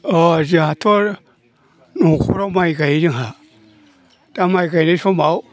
अ जाहाथ' न'खराव माइ गायो जोंहा दा माइ गायनाय समाव